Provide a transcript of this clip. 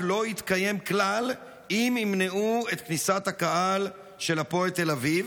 לא יתקיים כלל אם ימנעו את כניסת הקהל של הפועל תל אביב.